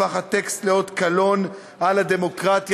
הפך הטקסט לאות קלון על הדמוקרטיה,